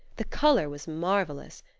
the color was marvelous!